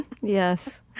Yes